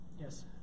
Yes